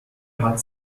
hat